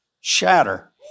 shatter